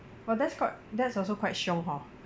!wah! that's quite that's also quite xiong hor